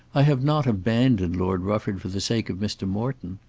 i have not abandoned lord rufford for the sake of mr. morton.